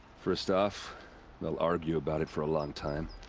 first off. they'll argue about it for a long time.